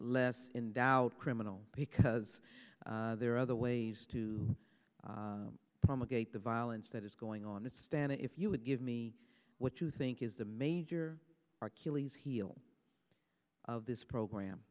less in doubt criminal because there are other ways to promulgate the violence that is going on the stand if you would give me what you think is the major or caylee's heel of this program